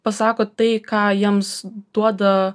pasako tai ką jiems duoda